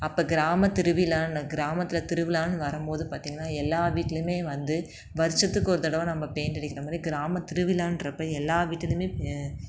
அப்போ கிராமத் திருவிழான்னு கிராமத்தில் திருவிழான்னு வரும்போது பார்த்திங்கன்னா எல்லார் வீட்லேயுமே வந்து வருஷத்துக்கு ஒரு தடவை நம்ம பெயிண்ட் அடிக்கிற மாதிரி கிராமத் திருவிழான்றப்போ எல்லார் வீட்லேயுமே